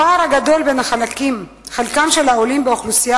הפער הגדול בין חלקם של העולים באוכלוסייה